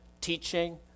teaching